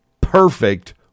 perfect